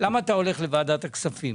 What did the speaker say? למה אני הולך לוועדת הכספים.